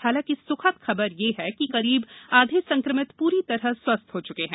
हालांकि स्खद खबर यह है कि करीब आधे संक्रमित प्री तरह स्वस्थ हो च्के हैं